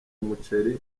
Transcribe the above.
umuceri